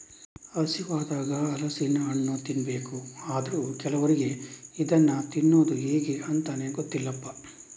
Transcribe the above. ಹಸಿವಾದಾಗ ಹಲಸಿನ ಹಣ್ಣು ತಿನ್ಬೇಕು ಅಂದ್ರೂ ಕೆಲವರಿಗೆ ಇದನ್ನ ತಿನ್ನುದು ಹೇಗೆ ಅಂತಾನೇ ಗೊತ್ತಿಲ್ಲಪ್ಪ